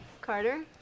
Carter